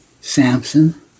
Samson